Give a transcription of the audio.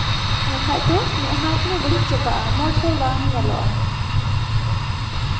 ᱵᱟᱠᱷᱟᱱ ᱫᱚ ᱢᱮᱫᱦᱟ ᱯᱩᱨᱟᱹ ᱵᱟᱹᱲᱤᱡ ᱪᱟᱵᱟᱜᱼᱟ ᱢᱚᱡᱽ ᱦᱚᱸ ᱵᱟᱝ ᱧᱮᱞᱚᱜᱼᱟ